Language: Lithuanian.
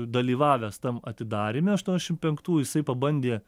dalyvavęs tam atidaryme aštuoniašimt penktų jisai pabandė